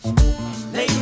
Late